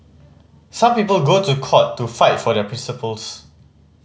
some people go to court to fight for their principles